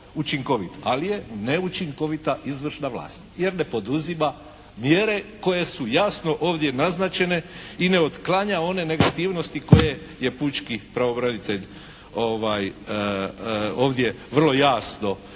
ali je neučinkovita izvršna vlast jer ne poduzima mjere koje su jasno ovdje naznačene i ne otklanja one negativnosti koje je pučki pravobranitelj ovdje vrlo jasno